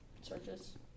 searches